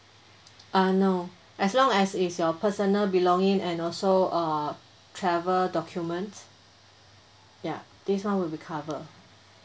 uh no as long as it's your personal belonging and also uh travel document ya this one will be cover